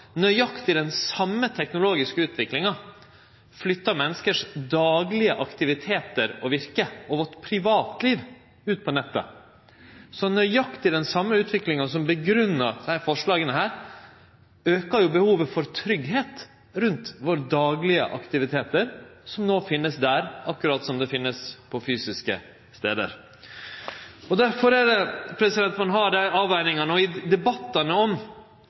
verkemiddel. På den andre sida er det slik at nøyaktig den same teknologiske utviklinga flyttar menneskes daglege aktivitetar og virke og privatliv ut på nettet. Nøyaktig den same utviklinga som grunngjev desse forslaga, aukar behovet for tryggleik rundt dei daglege aktivitetane våre, som no finst der akkurat som dei finst på fysiske stader. Difor har ein dei avvegingane. I debattane om